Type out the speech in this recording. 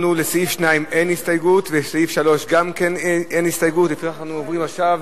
לפיכך, אנחנו עוברים עכשיו